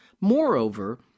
Moreover